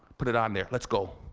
put it on there, let's go.